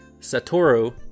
Satoru